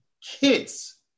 kids